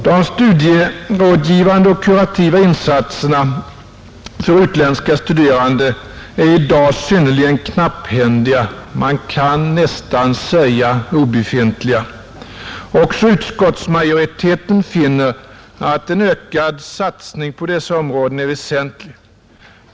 De studierådgivande och kurativa insatserna för utländska studerande är i dag synnerligen knapphändiga — man kan nästan säga obefintliga. Också utskottsmajoriteten finner att en ökad satsning på dessa områden är angelägen.